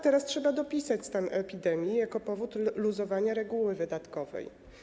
Teraz trzeba dodawać stan epidemii jako powód luzowania reguły wydatkowej.